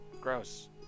Gross